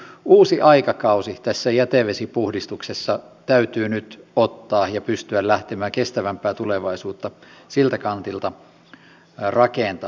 mutta ikään kuin uusi aikakausi tässä jätevesipuhdistuksessa täytyy nyt ottaa ja pystyä lähtemään kestävämpää tulevaisuutta siltä kantilta rakentamaan